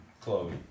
Chloe